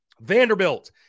Vanderbilt